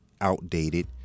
outdated